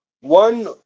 one